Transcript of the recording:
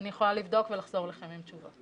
אני יכולה לבדוק ולחזור אליכם עם תשובה.